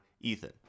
Ethan